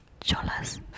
Cholas